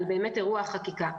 על אירוע חקיקה.